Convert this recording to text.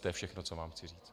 To je všechno, co vám chci říct.